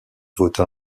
vota